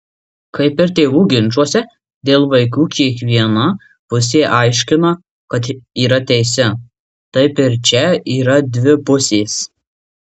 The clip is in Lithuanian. kaip ir tėvų ginčuose dėl vaikų kiekviena pusė aiškina kad yra teisi taip ir čia yra dvi pusės